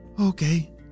okay